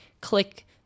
click